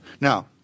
Now